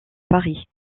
paris